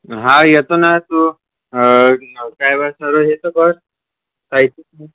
हा येजो ना तू अं काय बर तू हे त कर साहित्य